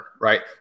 right